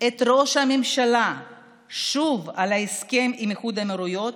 את ראש הממשלה שוב על ההסכם עם איחוד האמירויות,